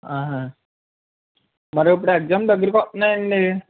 మరి ఇప్పుడు ఎగ్జామ్ దగ్గరకు వస్తున్నాయండి